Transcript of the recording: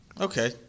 Okay